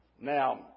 Now